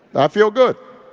i feel good.